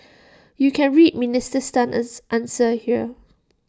you can read Minister Tan's answer here